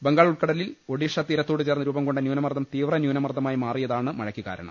ബംഗാൾ ഉൾക്കടലിൽ ഒഡീഷ തീരത്തോടുചേർന്ന് രൂപം കൊണ്ട ന്യൂനമർദ്ദം തീവ്രന്യൂനമർദ്ദമായി മാറിയതാണ് മഴയ്ക്കു കാരണം